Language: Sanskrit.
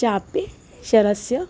चापे शरस्य